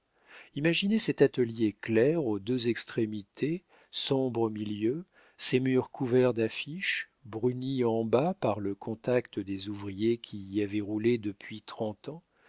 imaginez cet atelier clair aux deux extrémités sombre au milieu ses murs couverts d'affiches bruni en bas par le contact des ouvriers qui y avaient roulé depuis trente ans